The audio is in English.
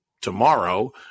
tomorrow